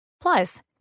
Plus